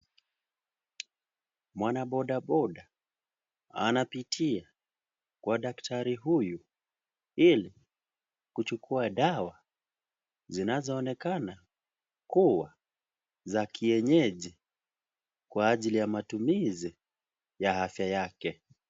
Mwana bodaboda anapitia kwa daktari huyu ili, kuchukua dawa zinazoonekana kuwa za kienyeji kwa ajili ya matumizi ya afya yake.